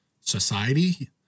society